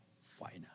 final